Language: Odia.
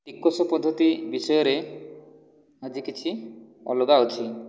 ଟିକସ ପଦ୍ଧତି ବିଷୟରେ ଆଜି କିଛି ଅଲଗା ଅଛି